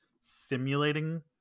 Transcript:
simulating